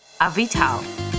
Avital